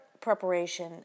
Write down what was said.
preparation